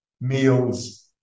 meals